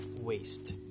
Waste